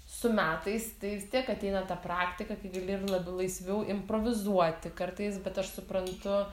su metais tai vis tiek ateina ta praktika kai gali ir labiau laisviau improvizuoti kartais bet aš suprantu